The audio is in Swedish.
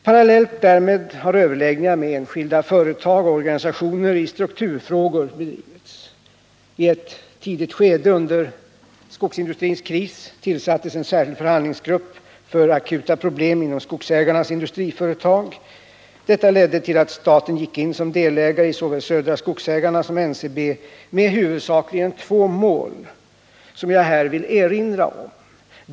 Parallellt därmed har överläggningar om strukturfrågor bedrivits med enskilda företag. I ett tidigt skede under skogsindustrins kris tillsattes en särskild förhandlingsgrupp för akuta problem inom skogsägarnas industriföretag. Detta ledde till att staten gick in som delägare i såväl Södra Skogsägarna som NCB med huvudsakligen två mål, som jag här vill erinra om.